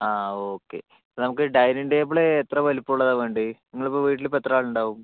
ആ ഓക്കെ നമുക്ക് dining table എത്ര വലിപ്പം ഉള്ളതാണ് വേണ്ടത് നിങ്ങൾ ഇപ്പോൾ വീട്ടിൽ എത്ര ആളുകളുണ്ടാവും